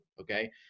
okay